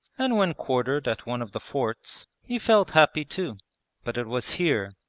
and when quartered at one of the forts, he felt happy too but it was here,